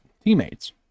teammates